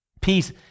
Peace